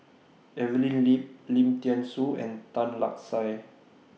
Evelyn Lip Lim Thean Soo and Tan Lark Sye